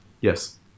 Yes